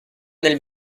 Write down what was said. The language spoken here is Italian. nel